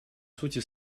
сути